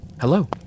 Hello